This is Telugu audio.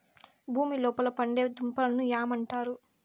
భూమి లోపల పండే దుంపలను యామ్ అంటారు